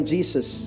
Jesus